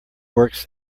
works